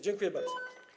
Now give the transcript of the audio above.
Dziękuję bardzo.